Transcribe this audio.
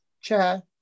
Chair